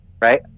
right